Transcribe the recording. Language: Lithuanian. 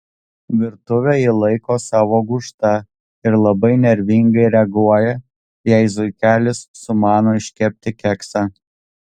virtuvę ji laiko savo gūžta ir labai nervingai reaguoja jei zuikelis sumano iškepti keksą